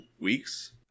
weeks